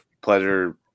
pleasure